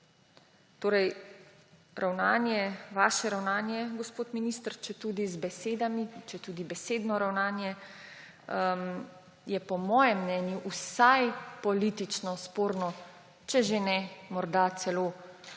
Torej, vaše ravnanje, gospod minister, četudi z besedami, četudi besedno ravnanje, je po mojem mnenju vsaj politično sporno, če že ne morda celo